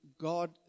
God